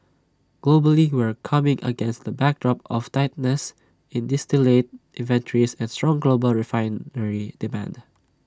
globally we're coming against the backdrop of tightness in distillate inventories and strong global refinery demand